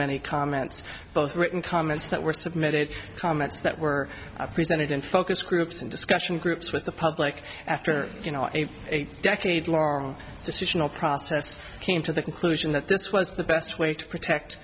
many comments both written comments that were submitted comments that were presented in focus groups and discussion groups with the public after you know a decade long arm decisional process came to the conclusion that this was the best way to protect